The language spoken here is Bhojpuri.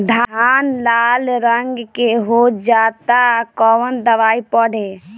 धान लाल रंग के हो जाता कवन दवाई पढ़े?